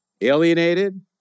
alienated